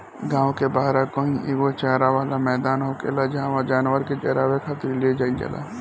गांव के बाहरा कही एगो चारा वाला मैदान होखेला जाहवा जानवर के चारावे खातिर ले जाईल जाला